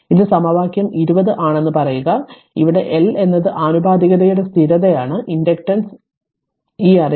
ഇത് സമവാക്യം 20 ആണെന്ന് പറയുക ഇവിടെ L എന്നത് ആനുപാതികതയുടെ സ്ഥിരതയാണ് ഇൻഡക്റ്റൻസ് ഈ അറിവ്